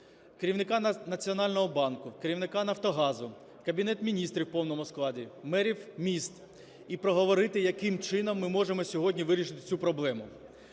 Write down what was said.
керівника Національного банку, керівника "Нафтогазу", Кабінет Міністрів у повному складі, мерів міст і проговорити, яким чином ми можемо сьогодні вирішити цю проблему.